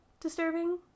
disturbing